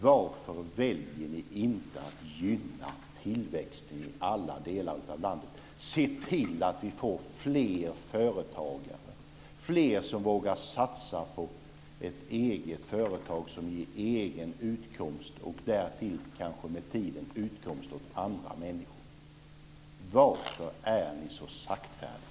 Varför väljer ni inte att gynna tillväxten i alla delar av landet och se till att vi får fler företagare, fler som vågar satsa på ett eget företag som ger egen utkomst och därtill kanske med tiden utkomst åt andra människor? Varför är ni så saktfärdiga?